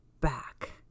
back